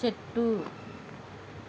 చెట్టు